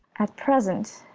at present,